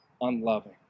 unloving